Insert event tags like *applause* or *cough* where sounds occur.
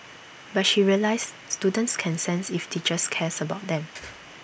but she realised students can sense if teachers cares about them *noise*